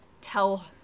tell